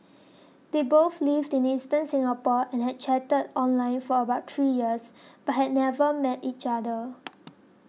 they both lived in eastern Singapore and had chatted online for about three years but had never met each other